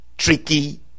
tricky